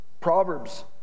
Proverbs